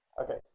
okay